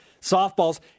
softballs